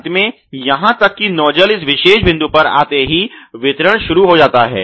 अंत में यहां तक कि नोजल इस विशेष बिंदु पर आते ही वितरण शुरू हो जाता है